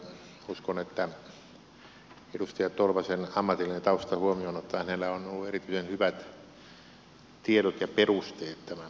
uskon että edustaja tolvasen ammatillisen taustan huomioon ottaen hänellä on ollut erityisen hyvät tiedot ja perusteet tämän laki aloitteen tekemiselle